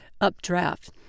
updraft